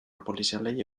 polizialei